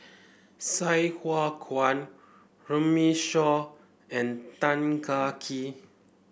Sai Hua Kuan Runme Shaw and Tan Kah Kee